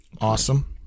Awesome